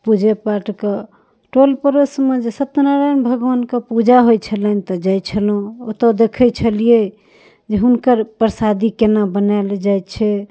पूजे पाठके टोल पड़ोसमे जे सत्यनारायण भगवानके पूजा होइ छलनि तऽ जाइ छलहुँ ओतऽ देखै छलिए जे हुनकर परसादी कोना बनाएल जाए छै